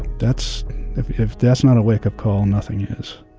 that's if if that's not a wake-up call, nothing is